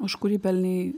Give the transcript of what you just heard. už kurį pelnei